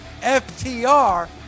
ftr